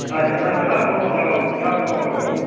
اَچھا نا بیٛاکھ لَوا لَگاوُس بیاکھ لَوا لَگاوُس